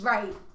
Right